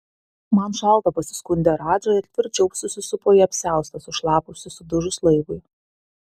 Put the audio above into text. man šalta pasiskundė radža ir tvirčiau susisupo į apsiaustą sušlapusį sudužus laivui